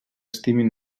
estimin